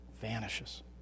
vanishes